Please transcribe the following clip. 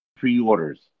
pre-orders